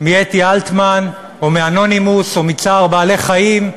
מאתי אלטמן, או מ"אנונימוס", או "מצער בעלי-חיים"